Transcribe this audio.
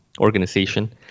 organization